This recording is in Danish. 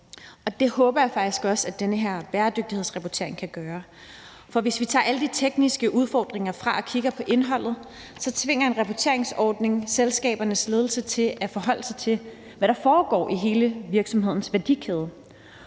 det håber jeg faktisk også den her bæredygtighedsrapportering kan styrke. For hvis vi tager alle de tekniske udfordringer fra og kigger på indholdet, tvinger en rapporteringsordning selskabernes ledelse til at forholde sig til, hvad der foregår i hele virksomhedens værdikæde.